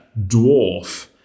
dwarf